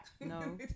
no